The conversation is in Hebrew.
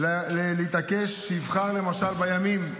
להתעקש שיבחר, למשל, בימים,